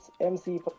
MC